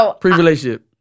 Pre-relationship